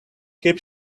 keep